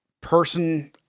person